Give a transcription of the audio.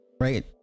Right